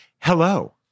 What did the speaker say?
Hello